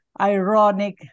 ironic